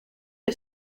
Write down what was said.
que